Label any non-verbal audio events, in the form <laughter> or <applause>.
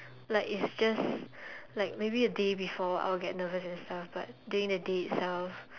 like it's just <breath> like maybe a day before I will get nervous and stuff but during the day itself